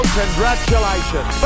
congratulations